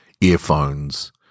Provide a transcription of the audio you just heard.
earphones